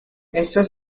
estos